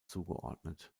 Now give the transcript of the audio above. zugeordnet